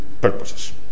purposes